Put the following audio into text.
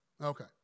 Okay